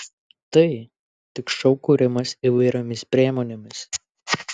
tai tik šou kūrimas įvairiomis priemonėmis